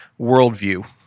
worldview